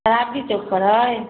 सरावगी चौकपर अइ